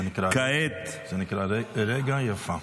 זה נקרא רגע יפה.